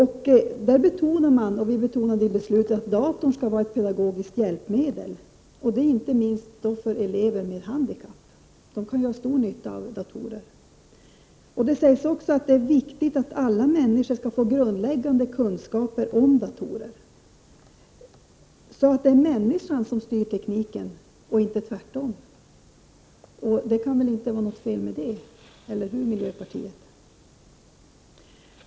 I det sammanhanget betonades att datorn skall vara ett pedagogiskt hjälpmedel — inte minst för elever med handikapp, som ju kan ha stor nytta av datorer. Det sägs också att det är viktigt att alla människor får grundläggande kunskaper om datorer, så att det är människan som styr tekniken och inte tvärtom. Det kan väl inte vara något fel med med det, eller hur, miljöpartiet?